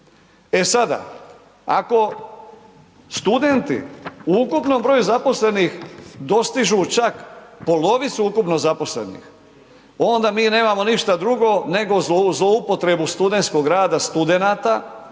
E sada, ako studenti u ukupnom broju zaposlenih dostižu čak polovicu ukupno zaposlenih, onda mi nemamo ništa drugo nego zloupotrebu studentskog rada studenata